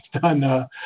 done